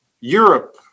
Europe